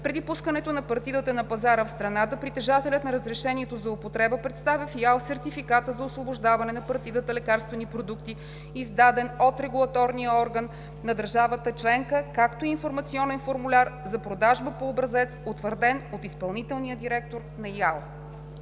преди пускането на партидата на пазара в страната, притежателят на разрешението за употреба представя в ИАЛ сертификата за освобождаване на партидата лекарствени продукти, издаден от регулаторния орган на държавата членка, както и информационен формуляр за продажба по образец, утвърден от изпълнителния директор на ИАЛ.“